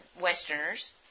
Westerners